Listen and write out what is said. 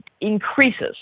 increases